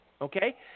okay